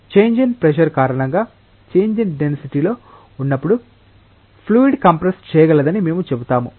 change in pressure కారణంగా change in డెన్సిటీలో ఉన్నప్పుడు ఫ్లూయిడ్ కంప్రెస్ చేయగలదని మేము చెబుతాము